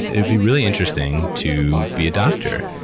it would be really interesting to be a doctor.